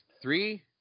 three